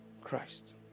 Christ